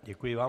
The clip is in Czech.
Děkuji vám.